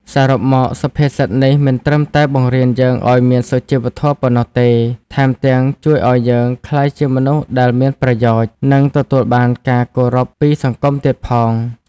សរុបមក សុភាសិតនេះមិនត្រឹមតែបង្រៀនយើងឲ្យមានសុជីវធម៌ប៉ុណ្ណោះទេ ថែមទាំងជួយឲ្យយើងក្លាយជាមនុស្សដែលមានប្រយោជន៍ និងទទួលបានការគោរពពីសង្គមទៀតផង។